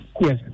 Yes